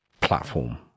platform